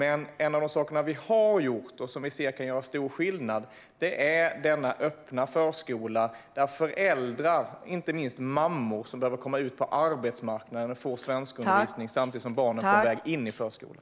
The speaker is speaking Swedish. En av de saker som vi har gjort och som vi ser kan göra stor skillnad är dock denna öppna förskola där föräldrar, inte minst mammor, som behöver komma ut på arbetsmarknaden får svenskundervisning samtidigt som barnen är på väg in i förskolan.